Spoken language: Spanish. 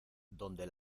donde